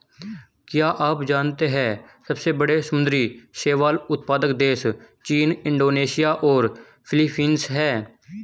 क्या आप जानते है सबसे बड़े समुद्री शैवाल उत्पादक देश चीन, इंडोनेशिया और फिलीपींस हैं?